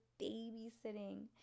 babysitting